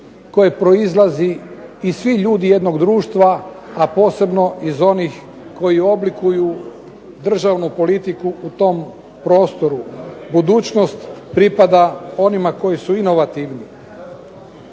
koje proizlazi iz svih ljudi jednog društva, a posebno iz onih koji oblikuju državnu politiku u tom prostoru. Budućnost pripada onima koji su inovativni.